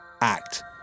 Act